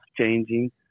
changing